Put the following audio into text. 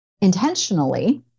intentionally